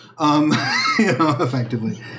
Effectively